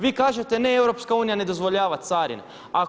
Vi kažete ne, EU ne dozvoljava carine.